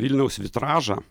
vilniaus vitražą